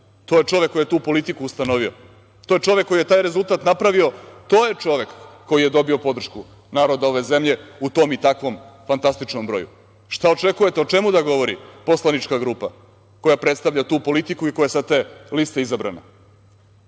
je čovek koji je tu politiku ustanovio, to je čovek koji je taj rezultat napravio, to je čovek koji je dobio podršku naroda ove zemlje u tom i takvom fantastičnom broju. Šta očekujete o čemu da govori poslanička grupa koja predstavlja tu politiku i koja je sa te liste izabrana?